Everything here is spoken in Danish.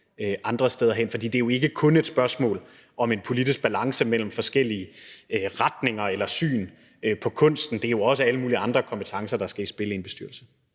andre steder hen. For det er jo ikke kun et spørgsmål om en politisk balance mellem forskellige retninger eller syn på kunsten; det er jo også alle mulige andre kompetencer, der skal i spil i en bestyrelse.